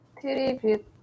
tribute